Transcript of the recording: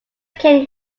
ken